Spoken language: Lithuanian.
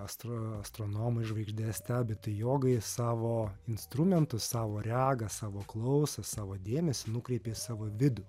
astro astronomai žvaigždes stebi tai jogai savo instrumentus savo regą savo klausą savo dėmesį nukreipia į savo vidų